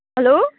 hello